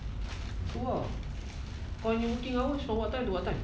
!wah! the working hours from what time to what time